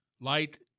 Light